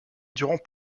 durant